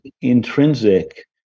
intrinsic